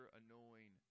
annoying